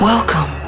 Welcome